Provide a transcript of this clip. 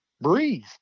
Breathe